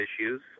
issues